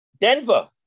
Denver